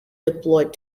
deployed